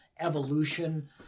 evolution